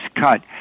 cut